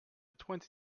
twenty